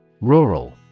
Rural